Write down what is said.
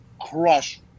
crush